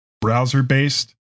browser-based